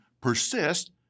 persist